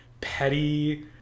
petty